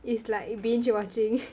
it's like binge watching